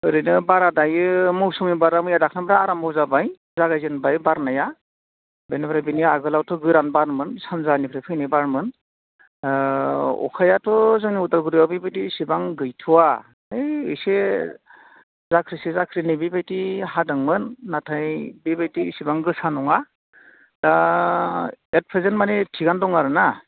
ओरैनो बारा दायो मौसुमि बारा मैया दाख्लैनिफ्राय आराम्भ' जाबाय जागायजेनबाय बारनाया बेनिफ्राय बेनि आगोलावथ' गोरान बारमोन सानजानिफ्राय फैनाय बारमोन अखायाथ' जोंनि उदालगुरिआव बेबायदि एसेबां गैथ'वा ओइ एसे जाख्रिसे जाख्रिनै बेबायदि हादोंमोन नाथाय बेबायदि एसेबां गोसा नङा दा एत प्रेजेन्ट माने थिगानो दं आरोना